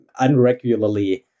unregularly